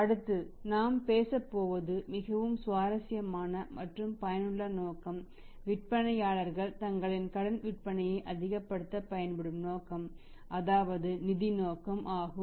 அடுத்து நாம் பேசப்போவது மிகவும் சுவாரஸ்யமான மற்றும் பயனுள்ள நோக்கம் விற்பனையாளர்கள் தங்களின் கடன் விற்பனையை அதிகப்படுத்த பயன்படும் நோக்கம் அதாவது நிதி நோக்கம் ஆகும்